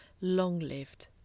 long-lived